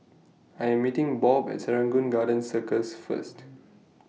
I Am meeting Bob At Serangoon Garden Circus First